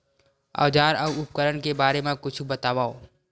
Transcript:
औजार अउ उपकरण के बारे मा कुछु बतावव?